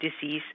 disease